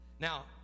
Now